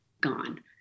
gone